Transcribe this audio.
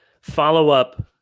follow-up